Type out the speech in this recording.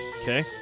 Okay